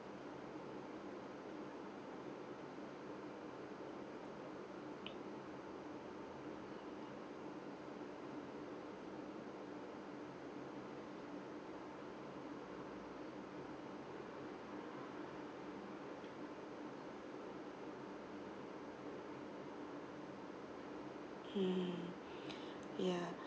mm yeah